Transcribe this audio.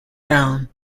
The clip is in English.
down